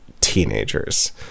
teenagers